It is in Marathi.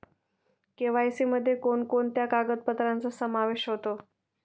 के.वाय.सी मध्ये कोणकोणत्या कागदपत्रांचा समावेश होतो?